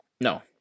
No